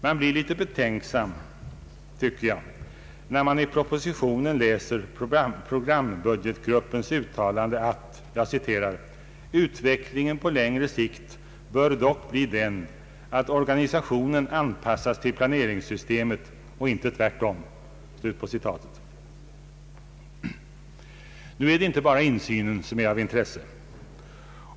Man blir litet betänksam, tycker jag, när man i propositionen läser programbudgetgruppens uttalande att ”utvecklingen på längre sikt bör dock bli den, att organisationen anpassas till planeringssystemet och inte tvärtom”. Nu är det inte bara insynen som är av intresse.